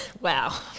wow